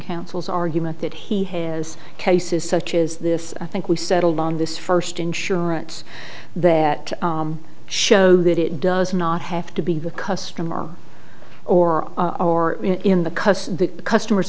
counsel's argument that he has cases such as this i think we settled on this first insurance that show that it does not have to be the customer or are in the cusp the customers